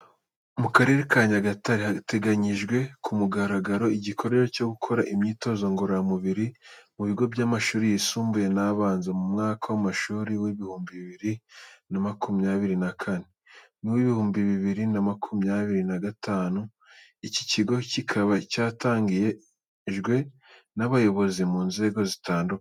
Mu karere ka Nyagatare hatangijwe ku mugaragaro igikorwa cyo gukora imyitozo ngororamubiri mu bigo by'amashuri yisumbuye n'abanza mu mwaka w'amashuri w'ibihumbi bibiri na makumyabiri na kane n'uw'ibihumbi bibiri na makumyabiri na gatanu. Iki gikora kikaba cyatangijwe n'abayobozi mu nzego zitandukanye.